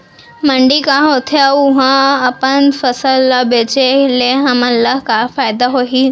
मंडी का होथे अऊ उहा अपन फसल ला बेचे ले हमन ला का फायदा होही?